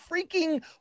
freaking